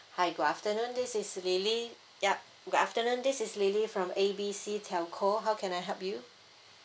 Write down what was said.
hi good afternoon this is lily yup good afternoon this is lily from A B C telco how can I help you